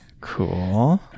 cool